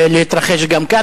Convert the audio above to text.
להתרחש גם כאן.